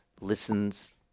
listens